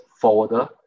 forwarder